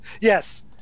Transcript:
Yes